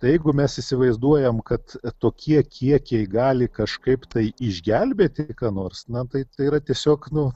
tai jeigu mes įsivaizduojam kad tokie kiekiai gali kažkaip tai išgelbėti nors na taip tai yra tiesiog nu